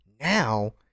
Now